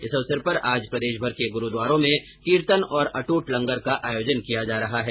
इस अवसर पर आज प्रदेशभर के गुरूद्वारों में कीर्तन और अटूट लंगर का आयोजन किया जा रहा है